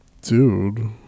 dude